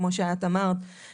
כמו שאת אמרת,